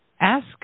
ask